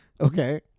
okay